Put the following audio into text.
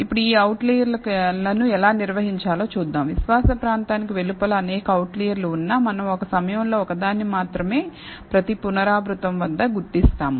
ఇప్పుడు ఈ అవుట్లైయర్లను ఎలా నిర్వహించాలో చూద్దాం విశ్వాస ప్రాంతానికి వెలుపల అనేక అవుట్లర్లు ఉన్నా మనం ఒక సమయంలో ఒకదాన్ని మాత్రమే ప్రతి పునరావృతం వద్ద గుర్తిస్తాము